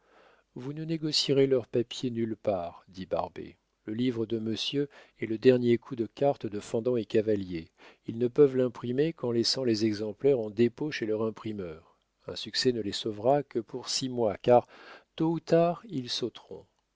vous ne négocierez leur papier nulle part dit barbet le livre de monsieur est le dernier coup de cartes de fendant et cavalier ils ne peuvent l'imprimer qu'en laissant les exemplaires en dépôt chez leur imprimeur un succès ne les sauvera que pour six mois car tôt ou tard ils sauteront